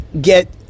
get